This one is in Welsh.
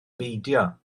beidio